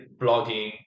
blogging